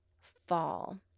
fall